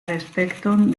respekton